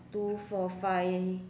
two four five